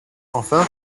enfin